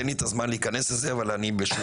אין לי את הזמן להיכנס אליהן אבל בשורה